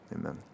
amen